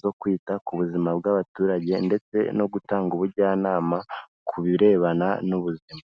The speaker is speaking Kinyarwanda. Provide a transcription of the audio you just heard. zo kwita ku buzima bw'abaturage ndetse no gutanga ubujyanama ku birebana n'ubuzima.